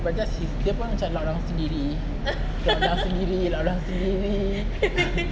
but just he's dia pun macam a lot of sendiri macam lost sendiri lost sendiri